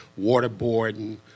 waterboarding